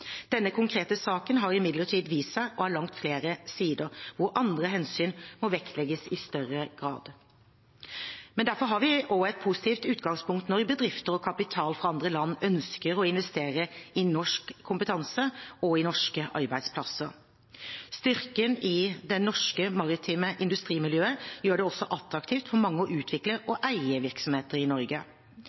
Denne konkrete saken har imidlertid vist seg å ha langt flere sider, hvor andre hensyn må vektlegges i større grad. Derfor har vi også et positivt utgangspunkt når bedrifter og kapital fra andre land ønsker å investere i norsk kompetanse og i norske arbeidsplasser. Styrken i det norske maritime industrimiljøet gjør det også attraktivt for mange å utvikle og eie virksomheter i Norge.